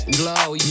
glow